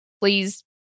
please